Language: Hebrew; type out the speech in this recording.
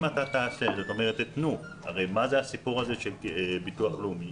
מחוץ לביטוח לאומי,